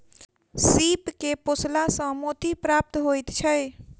सीप के पोसला सॅ मोती प्राप्त होइत छै